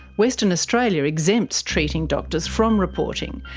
western australia exempts treating doctors from reporting,